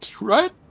Right